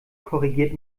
korrigiert